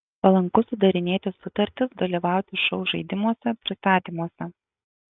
palanku sudarinėti sutartis dalyvauti šou žaidimuose pristatymuose